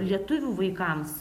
lietuvių vaikams